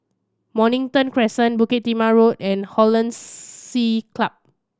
Mornington Crescent Bukit Timah Road and Hollandse Club